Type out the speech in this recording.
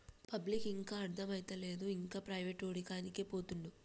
పబ్లిక్కు ఇంకా అర్థమైతలేదు, ఇంకా ప్రైవేటోనికాడికే పోతండు